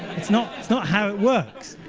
it's not it's not how it works.